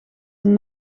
een